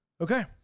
Okay